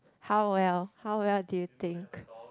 how well how well do you think